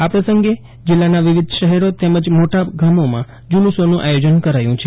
આ પ્રસંગે જીલ્લાના વિવિધ શહેરો તેમજ મોટા ગામોમાં જુલુસોનું આયોજન કરાયું છે